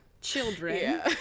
children